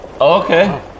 Okay